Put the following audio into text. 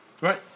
Right